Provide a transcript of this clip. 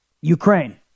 Ukraine